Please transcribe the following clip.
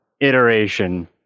iteration